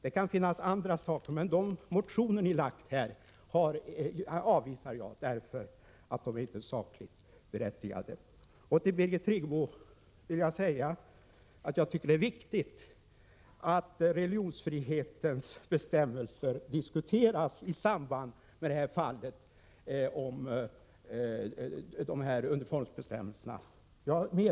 Det kan finnas andra saker som är värda att ta upp, men de motioner ni har väckt avvisar jag, därför att de inte är sakligt berättigade. Sedan vill jag säga till Birgit Friggebo att jag tycker att det är viktigt att religionsfriheten diskuteras i samband med fallet om uniformsbestämmelserna.